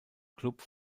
club